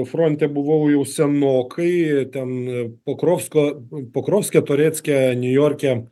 fronte buvau jau senokai ten pokrovsko pokrovske toretske niujorke